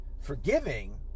forgiving